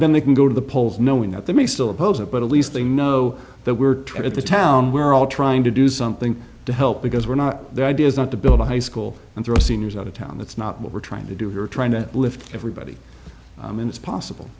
when they can go to the polls knowing that they may still oppose it but at least they know that we're true at the town we're all trying to do something to help because we're not there ideas not to build a high school and throw seniors out of town that's not what we're trying to do we're trying to lift everybody and it's possible